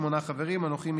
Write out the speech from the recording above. שמונה חברים: אנוכי,